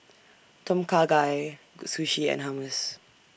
Tom Kha Gai Sushi and Hummus